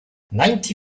ninety